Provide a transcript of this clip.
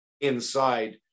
inside